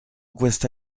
questa